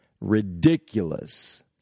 ridiculous